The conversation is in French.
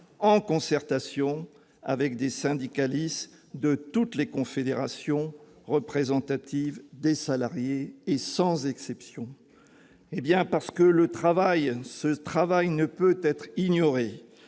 en concertation avec des syndicalistes de toutes les confédérations représentatives des salariés, sans exception. Mes chers collègues, parce que ce travail ne peut être ignoré,